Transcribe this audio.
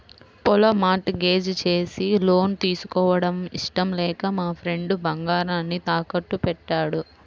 పొలం mortgage చేసి loan తీసుకోవడం ఇష్టం లేక మా ఫ్రెండు బంగారాన్ని తాకట్టుబెట్టాడు